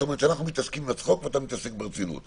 זאת אומרת שאנחנו מתעסקים בצחוק ואתה מתעסק ברצינות.